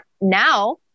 now